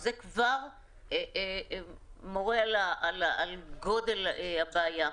וזה כבר מורה על גודל הבעיה.